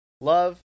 love